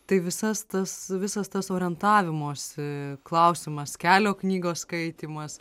tai visas tas visas tas orientavimosi klausimas kelio knygos skaitymas